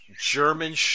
German